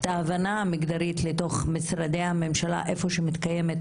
את ההבנה המגדרית לתוך משרדי הממשלה איפה שמתקיימת